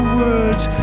words